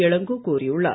இளங்கோ கோரியுள்ளார்